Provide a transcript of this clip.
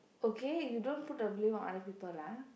okay you don't put the blame on other people ah